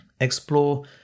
Explore